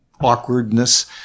awkwardness